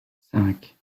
cinq